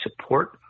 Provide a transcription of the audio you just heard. support